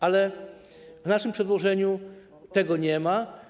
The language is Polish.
Ale w naszym przedłożeniu tego nie ma.